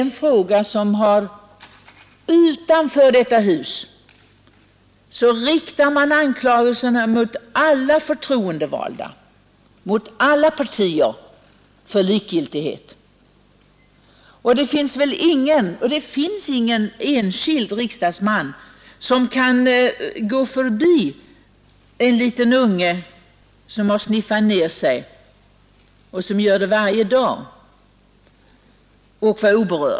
Men utanför detta hus riktar människorna anklagelser för likgiltighet i den här frågan mot de förtroendevalda från alla partier. Och det finns väl ingen enskild riksdagsman som oberörd kan gå förbi en liten unge som har sniffat ned sig och som gör det varje dag.